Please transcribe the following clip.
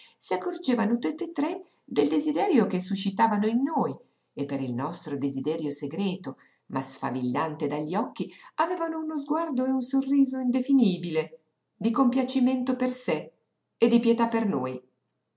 si accorgevano tutt'e tre del desiderio che suscitavano in noi e per il nostro desiderio segreto ma sfavillante dagli occhi avevano uno sguardo e un sorriso indefinibile di compiacimento per sé e di pietà per noi